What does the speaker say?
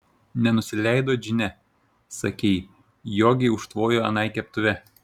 nenusileido džine sakei jogei užtvojo anai keptuve